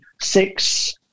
six